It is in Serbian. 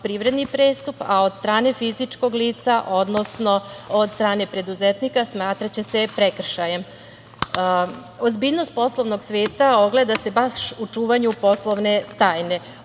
privredni prestup, a od strane fizičkog lica, odnosno od strane preduzetnika smatraće se prekršajem. Ozbiljnost poslovnog sveta ogleda se baš u čuvanju poslovne tajne.